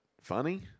funny